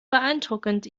beeindruckend